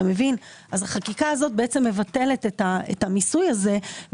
החקיקה הזו מבטלת את המיסוי הזה,